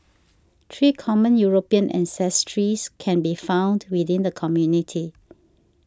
three common European ancestries can be found within the community